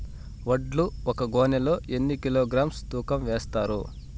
వడ్లు ఒక గోనె లో ఎన్ని కిలోగ్రామ్స్ తూకం వేస్తారు?